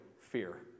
fear